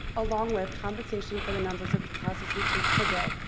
along with compensation for the numbers of classes we teach per day,